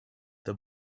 the